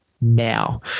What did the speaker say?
now